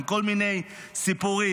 עם כל מיני סיפורים.